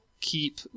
keep